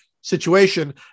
situation